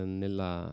nella